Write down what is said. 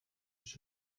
ich